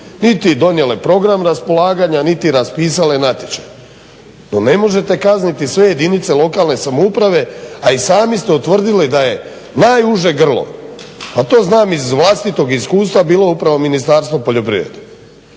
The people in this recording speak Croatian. niti donijele program raspolaganja niti raspisale natječaj. No ne možete kazniti sve jedinice lokalne samouprave, a i sami ste utvrdili da je najuže grlo, a to znam iz vlastitog iskustva, bilo upravo Ministarstvo poljoprivrede.